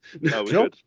no